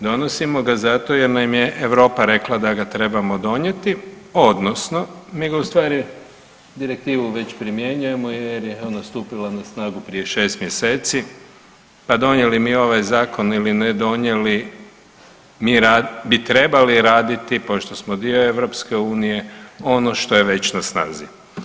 Donosimo ga zato jer nam je Europa rekla da ga trebamo donijeti odnosno mi ustvari Direktivu već primjenjujemo jer je ona stupila na snagu prije 6 mjeseci, pa donijeli mi ovaj Zakon ili ne donijeli mi bi trebali raditi pošto smo dio Europske unije ono što je već na snazi.